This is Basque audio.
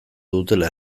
dutela